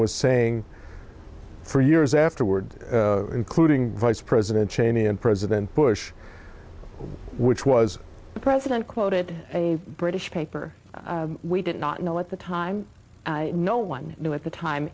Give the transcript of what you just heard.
was saying for years afterward including vice president cheney and president bush which was the president quoted a british paper we did not know at the time no one knew at the time